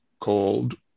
called